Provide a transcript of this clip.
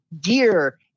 gear